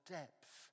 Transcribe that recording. depth